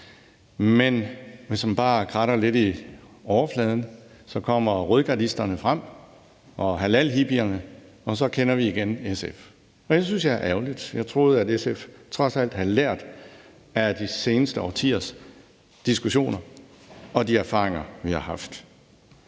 Men hvis man bare kratter lidt i overfladen, kommer rødgardisterne og halalhippierne frem, og så kender vi igen SF. Og det synes jeg er ærgerligt. Jeg troede, at SF trods alt havde lært af de seneste årtiers diskussioner og de erfaringer, vi har fået.